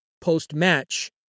post-match